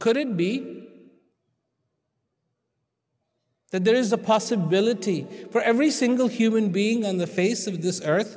could it be that there is a possibility for every single human being on the face of this earth